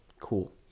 Cool